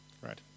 right